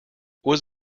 was